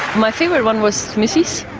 my favourite one was smithies.